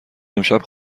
امشب